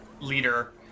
leader